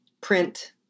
print